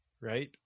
right